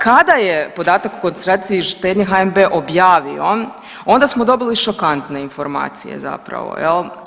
Kada je podatak o koncentraciji štednje HNB objavio onda smo dobili šokantne informacije zapravo jel.